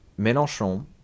Mélenchon